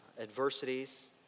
adversities